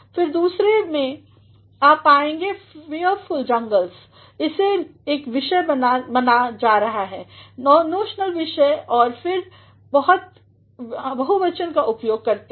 फिर दूसरेमें आप पाएंगे फीयरफुल जंगल्स इसे एक विषय माना जा रहे हैं नोशनल विषय और फिर हम बहुवचन का उपयोग करते हैं